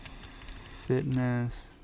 fitness